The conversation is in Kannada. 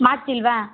ಮಾಡ್ತಿಲ್ವಾ